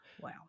Wow